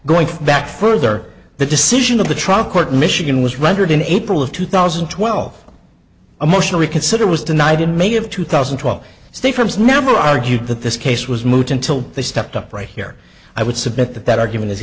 going back further the decision of the trial court in michigan was rendered in april of two thousand and twelve a motion reconsider was denied may of two thousand and twelve if the firms never argued that this case was moot until they stepped up right here i would submit that that argument is